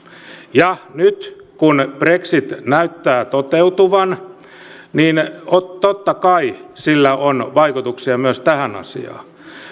ja nyt kun brexit näyttää toteutuvan niin totta kai sillä on vaikutuksia myös tähän asiaan